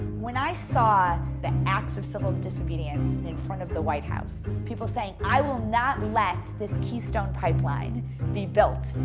when i saw the acts of civil disobedience in front of the white house, people saying i will not let this keystone pipeline be built,